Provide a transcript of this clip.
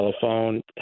telephone